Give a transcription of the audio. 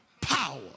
Power